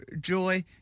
joy